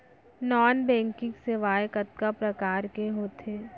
non banking सेवाएं कतका प्रकार के होथे